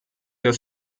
das